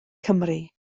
cymru